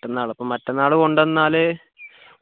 മറ്റന്നാൾ അപ്പോൾ മറ്റന്നാൾ കൊണ്ട് വന്നാൽ